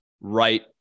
right